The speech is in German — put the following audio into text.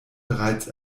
bereits